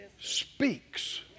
speaks